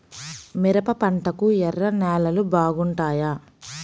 మిరప పంటకు ఎర్ర నేలలు బాగుంటాయా?